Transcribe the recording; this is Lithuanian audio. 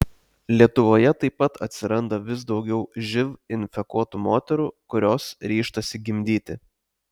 lietuvoje taip pat atsiranda vis daugiau živ infekuotų moterų kurios ryžtasi gimdyti